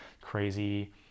crazy